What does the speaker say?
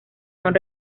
son